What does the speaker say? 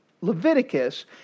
Leviticus